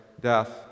death